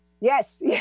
Yes